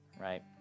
Right